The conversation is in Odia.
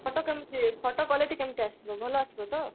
ଫୋଟ କେମିତି ଫୋଟ କ୍ଵାଲିଟି କେମିତି ଆସିବ ଭଲ ଆସିବ ତ